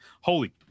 holy